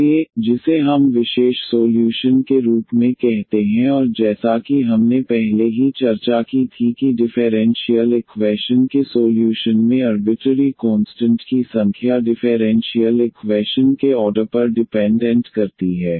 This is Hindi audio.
इसलिए जिसे हम विशेष सोल्यूशन के रूप में कहते हैं और जैसा कि हमने पहले ही चर्चा की थी कि डिफेरेंशीयल इक्वैशन के सोल्यूशन में अर्बिटरी कोंस्टंट की संख्या डिफेरेंशीयल इक्वैशन के ऑर्डर पर डिपेंडेंट करती है